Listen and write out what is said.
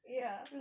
ya